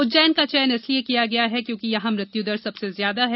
उज्जैन का चयन इसलिये किया गया है क्योंकि यहा मृत्युदर सबसे ज्यादा है